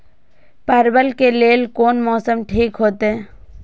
परवल के लेल कोन मौसम ठीक होते?